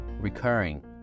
recurring